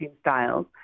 styles